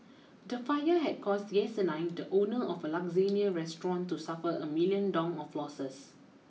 the fire had caused Yesenia the owner of a Lasagne restaurant to suffer a million Dong of losses